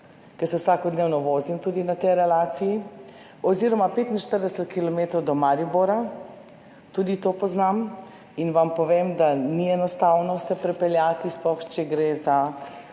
ker se vsakodnevno vozim na tej relaciji, oziroma 45 kilometrov do Maribora, tudi to poznam in vam povem, da se ni enostavno pripeljati, sploh če gre za